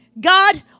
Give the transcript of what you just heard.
God